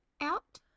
out